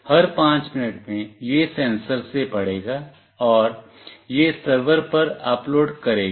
हर 5 minute में यह sensor से पढ़ेगा और यह सर्वर पर अपलोड करेगा